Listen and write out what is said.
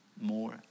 more